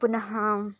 पुनः